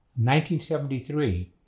1973